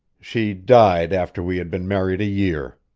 she died after we had been married a year.